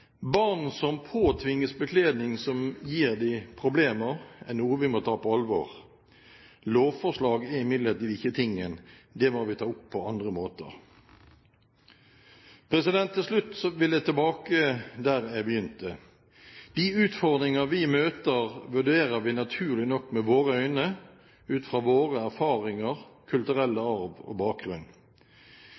Barn som påtvinges bekledning som gir dem problemer, er noe vi må ta på alvor. Lovforslag er imidlertid ikke tingen. Det må vi ta opp på andre måter. Til slutt vil jeg tilbake til der jeg begynte. De utfordringer vi møter, vurderer vi naturlig nok med våre øyne, ut fra våre erfaringer, vår kulturelle arv og bakgrunn.